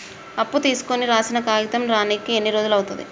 అప్పు తీసుకోనికి రాసిన కాగితం రానీకి ఎన్ని రోజులు అవుతది?